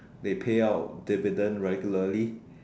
they pay out dividend regularly